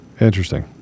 Interesting